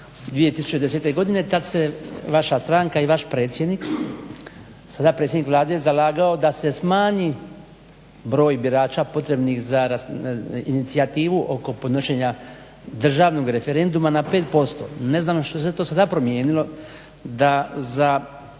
2010. tad se vaša stranka i vaš predsjednik, sada predsjednik Vlade zalagao da se smanji broj birača potrebnih za inicijativu oko podnošenja Državnog referenduma na 5%. Ne znam što se to sada primijenilo da za